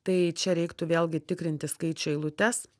tai čia reiktų vėlgi tikrinti skaičių eilutes